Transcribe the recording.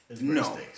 no